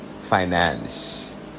finance